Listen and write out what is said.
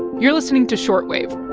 you're listening to short wave